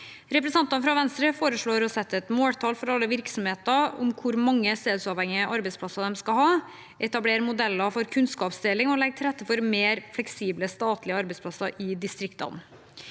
Representantene fra Venstre foreslår å sette et måltall for alle virksomheter for hvor mange stedsuavhengige arbeidsplasser de skal ha, etablere modeller for kunnskapsdeling og legge til rette for mer fleksible statlige arbeidsplasser i distriktene.